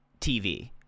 tv